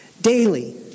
daily